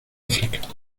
áfrica